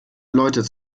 leute